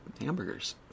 hamburgers